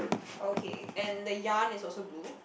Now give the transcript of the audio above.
okay and the yarn is also blue